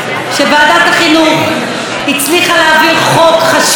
שוועדת החינוך הצליחה להעביר חוק חשוב,